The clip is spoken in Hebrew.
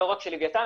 לא רק של לווייתן,